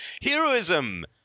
Heroism